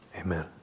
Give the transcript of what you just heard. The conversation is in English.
Amen